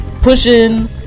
pushing